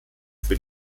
für